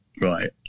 right